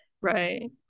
Right